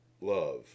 love